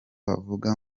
bavuga